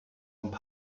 und